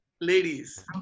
ladies